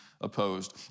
opposed